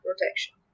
protection